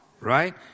right